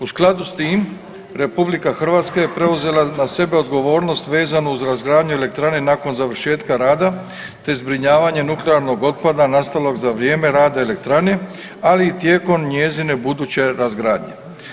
U skladu s tim RH je preuzela na sebe odgovornost vezanu uz razgradnju elektrane nakon završetka rada, te zbrinjavanje nuklearnog otpada nastalog za vrijeme rada elektrane, ali i tijekom njezine buduće razgradnje.